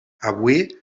avui